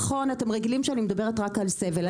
נכון אתם רגילים שאני מדברת רק על סבל,